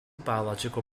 biological